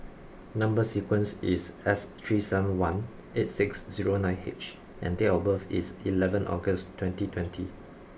number sequence is S three seven one eight six zero nine H and date of birth is eleven August twenty twenty